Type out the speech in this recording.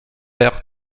perd